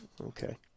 okay